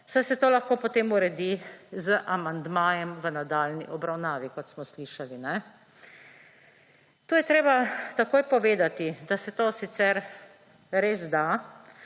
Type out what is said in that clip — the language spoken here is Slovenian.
saj se to lahko, potem zgodi z amandmajem v nadaljnji obravnavi kot smo slišali. To je treba takoj povedati, da se to sicer res da,